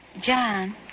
John